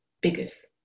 biggest